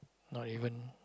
not even